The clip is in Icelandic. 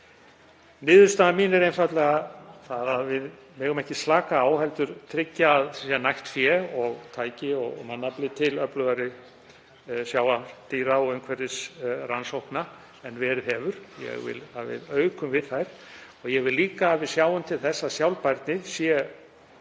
Niðurstaða mín er einfaldlega sú að við megum ekki slaka á, heldur tryggja nægt fé, tæki og mannafla til öflugri sjávardýra- og umhverfisrannsókna en verið hefur. Ég vil að við aukum við þær og ég vil líka að við sjáum til þess að sjálfbærni sé